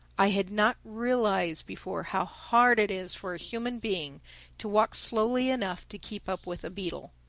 i had not realized before how hard it is for a human being to walk slowly enough to keep up with a beetle.